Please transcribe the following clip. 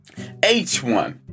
H1